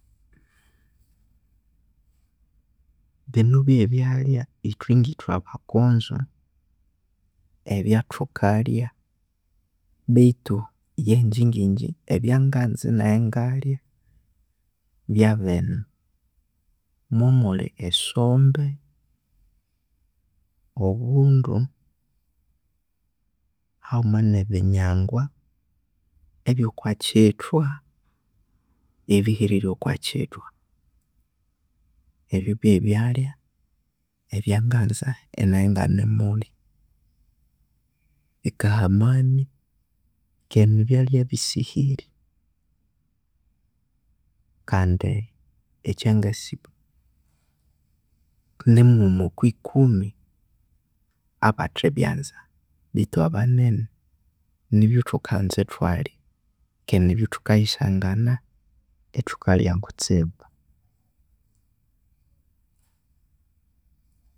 Bino byebyalhya ithwe ngithwe abakonzo ebyathukalhya beithu yangye ngi'ngye ebyakanza naye ingalhya byabinu mwamulhi; esombe, obundu, haghuma ne binyangwa ebyo kwakithwa ebiherire okwa kithwa ebyo bye byalhya ebyanganza inabya inganimulhya bikaha amani keye nibyalhya ebisihire kandi ekyangasi, nimughuma okwi kumi abathebyanza beithu abanene nibyo thukayisangana ithukalhya kutsibu.